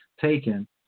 taken